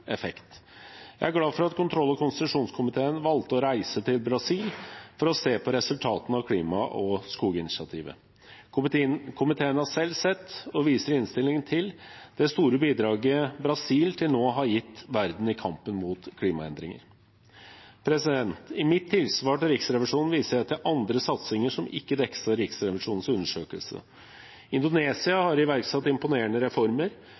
effekt. Jeg er glad for at kontroll- og konstitusjonskomiteen valgte å reise til Brasil for å se på resultatene av klima- og skoginitiativet. Komiteen har selv sett, og viser i innstillingen til, det store bidraget Brasil til nå har gitt verden i kampen mot klimaendringene. I mitt tilsvar til Riksrevisjonen viser jeg til satsinger som ikke dekkes av Riksrevisjonens undersøkelse. Indonesia har iverksatt imponerende reformer.